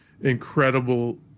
incredible